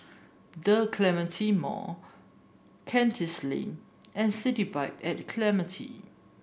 The Clementi Mall Kandis Lane and City Vibe at Clementi